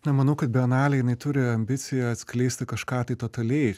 na manau kad bienalė jinai turi ambiciją atskleisti kažką tai totaliai